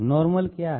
normal क्या है